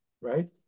right